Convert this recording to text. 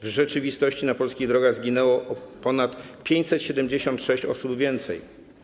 W rzeczywistości na polskich drogach zginęło ponad 576 osób więcej.